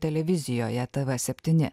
televizijoje tv septyni